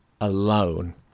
alone